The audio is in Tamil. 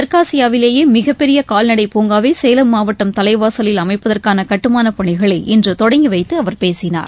தெற்காசியாவிலேயே மிகப்பெரிய கால்நடைப் பூங்காவை சேலம் மாவட்டம் தலைவாசலில் அமைப்பதற்கான கட்டுமானப் பணிகளைஇன்று தொடங்கி வைத்து அவர் பேசினார்